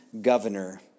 governor